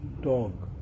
dog